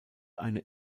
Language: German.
eine